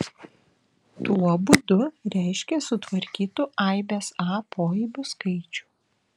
tuo būdu reiškia sutvarkytų aibės a poaibių skaičių